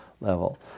level